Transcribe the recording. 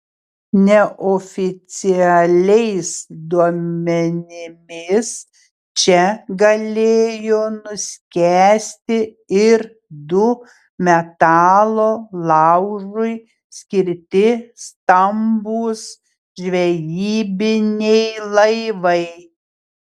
neoficialiais duomenimis čia galėjo nuskęsti ir du metalo laužui skirti stambūs žvejybiniai laivai